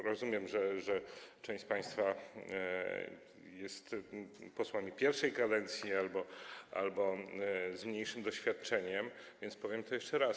Rozumiem, że część państwa jest posłami pierwszą kadencję albo posłami z mniejszym doświadczeniem, więc powiem to jeszcze raz.